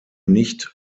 nicht